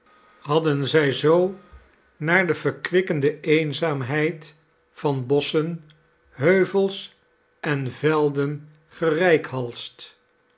hadden zij zoo naar de verkwikkende eenzaarnheid van bosschen heuvels en velden gereikhalsd